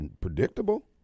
predictable